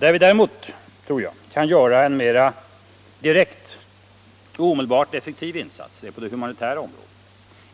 Var vi däremot — tror jag — kan göra en mera direkt och omedelbart effektiv insats är på det humanitära området.